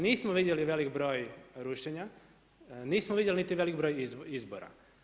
Nismo vidjeli velik broj rušenja, nismo vidjeli ni velik broj izbora.